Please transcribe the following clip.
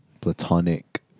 platonic